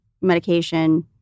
medication